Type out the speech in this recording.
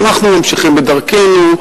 אנחנו ממשיכים בדרכנו,